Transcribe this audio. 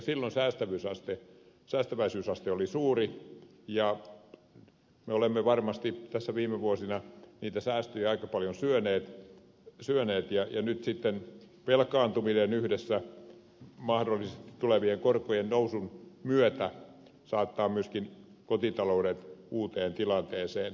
elikkä silloin säästäväisyysaste oli suuri ja me olemme varmasti tässä viime vuosina niitä säästöjä aika paljon syöneet ja nyt sitten velkaantuminen yhdessä mahdollisesti tulevien korkojen nousun myötä saattaa myöskin kotitaloudet uuteen tilanteeseen